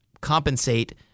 compensate